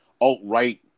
alt-right